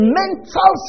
mental